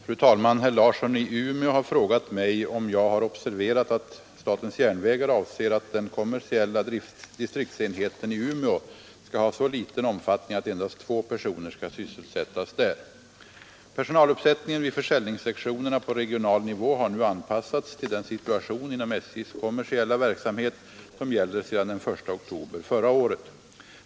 Fru talman! Herr Larsson i Umeå har frågat mig om jag har observerat att SJ avser att den kommersiella distriktsenheten i Umeå skall ha så liten omfattning att endast två personer skall sysselsättas där. Personaluppsättningen vid försäljningssektionerna på regional nivå har nu anpassats till den situation inom SJ:s kommersiella verksamhet som gäller sedan den 1 oktober förra året.